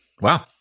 Wow